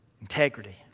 Integrity